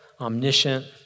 Omniscient